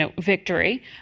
victory